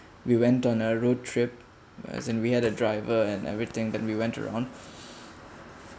we went on a road trip but as in we had a driver and everything that we went around